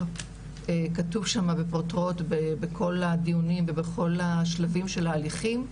- כתוב שמה בפרוטרוט - בכל הדיונים ובכל השלבים של ההליכים,